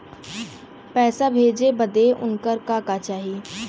पैसा भेजे बदे उनकर का का चाही?